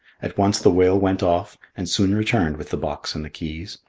at once the whale went off, and soon returned with the box and the keys.